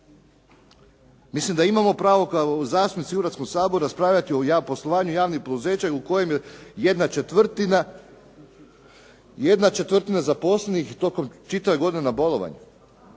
Mislim da imamo pravo kao zastupnici Hrvatskog sabora raspravljati o poslovanju javnih poduzeća u kojima 1/4 zaposlenih tokom čitave godine na bolovanju.